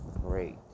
great